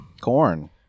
corn